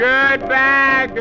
Goodbye